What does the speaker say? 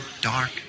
dark